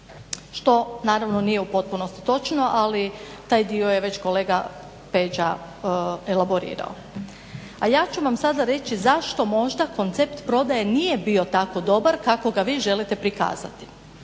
što naravno nije u potpunosti točno, ali taj dio je već kolega Peđa elaborirao. A ja ću vam sada reći zašto možda koncept prodaje nije bio tako dobar kako ga vi želite pokazati.